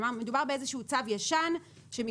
כלומר מדובר באיזה שהוא צו ישן שמכוחו